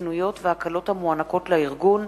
חסינויות והקלות המוענקות לארגון,